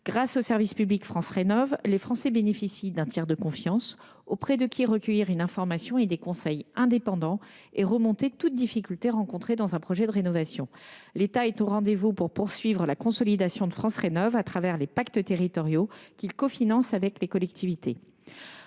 Grâce au service public France Rénov’, les Français bénéficient d’un tiers de confiance auprès de qui recueillir une information et des conseils indépendants et faire remonter toute difficulté rencontrée dans un projet de rénovation. L’État est au rendez vous pour poursuivre la consolidation de France Rénov’ à travers les pactes territoriaux qu’il cofinance avec les collectivités.